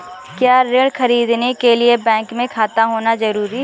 क्या ऋण ख़रीदने के लिए बैंक में खाता होना जरूरी है?